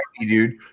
dude